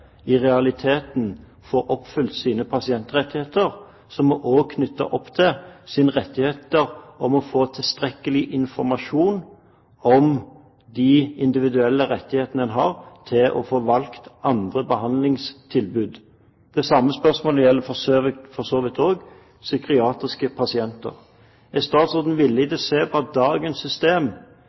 i realiteten får oppfylt sine pasientrettigheter, som også er knyttet opp til deres rett til å få tilstrekkelig informasjon om de individuelle rettighetene en har til å få valgt andre behandlingstilbud? Det samme spørsmålet gjelder for så vidt også psykiatriske pasienter. Er statsråden villig til å se på at dagens system